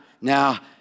now